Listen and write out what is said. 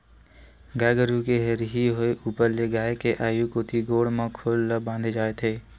गाय गरु के हरही होय ऊपर ले गाय के आघु कोती गोड़ म खोल ल बांधे जाथे